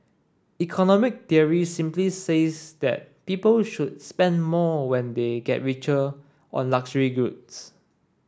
economic theory simply says that people should spend more when they get richer on luxury goods